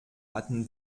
hatten